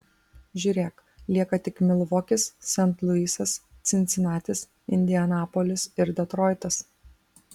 žiūrėk lieka tik milvokis sent luisas cincinatis indianapolis ir detroitas